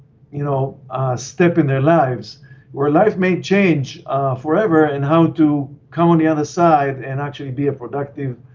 you know step in their lives where life may change forever, and how to come on the other side and actually be a productive